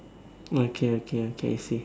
okay okay okay I see